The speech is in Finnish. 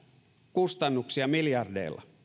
kustannuksia miljardeilla